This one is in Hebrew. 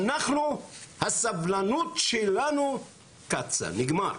שהסבלנות שלנו קצה, נגמר.